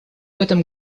этом